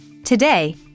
Today